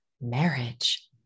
marriage